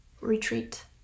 retreat